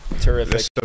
Terrific